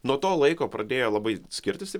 nuo to laiko pradėjo labai skirtis stipriai